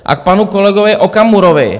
A k panu kolegovi Okamurovi.